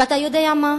ואתה יודע מה,